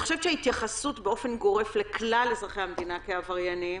ההתייחסות באופן גורף לכלל אזרחי המדינה כעבריינים